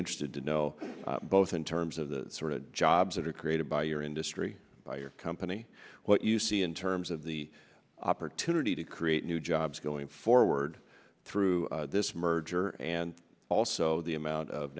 interested to know both in terms of the sort of jobs that are created by your industry by your company what you see in terms of the opportunity to create new jobs going forward through this merger and also the amount of